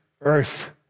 Earth